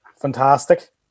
Fantastic